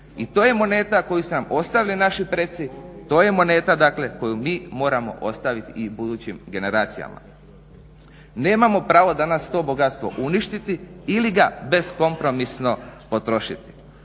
i to je moneta koju su nam ostavili naši preci, to je moneta dakle koju mi moramo ostaviti i budućim generacijama. Nemamo pravo danas to bogatstvo uništiti ili ga beskompromisno potrošiti.